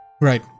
Right